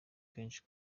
kenshi